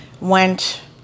went